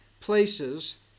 places